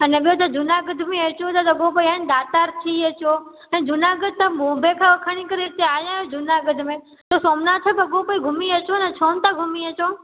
अने ॿियों जूनागढ़ में अचो त पोइ भई दातार थी अचो ऐं जूनागढ़ त बोम्बे खां खणी कई हिते आया आहियो जूनागढ़ में त सोमनाथ त पोइ घुमी अचो न छो नथा घुमी अचो